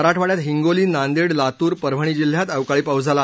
मराठवाङ्यात हिंगोली नांदेड लातूर परभणी जिल्ह्यात अवकाळी पाऊस झाला